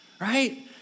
right